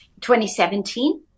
2017